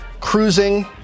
Cruising